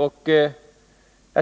Då